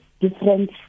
different